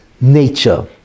nature